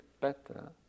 better